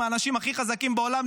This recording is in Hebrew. עם אנשים הכי חזקים בעולם,